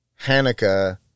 Hanukkah